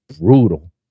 brutal